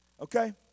Okay